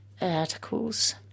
articles